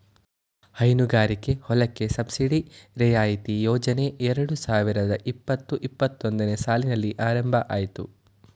ಹೈನುಗಾರಿಕೆ ಹೊಲಕ್ಕೆ ಸಬ್ಸಿಡಿ ರಿಯಾಯಿತಿ ಯೋಜನೆ ಎರಡು ಸಾವಿರದ ಇಪ್ಪತು ಇಪ್ಪತ್ತೊಂದನೇ ಸಾಲಿನಲ್ಲಿ ಆರಂಭ ಅಯ್ತು